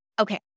Okay